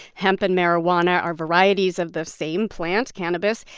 hemp and marijuana are varieties of the same plant cannabis.